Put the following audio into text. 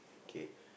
K